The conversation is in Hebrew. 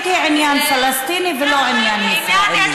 היא עניין פלסטיני ולא עניין ישראלי.